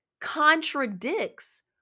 contradicts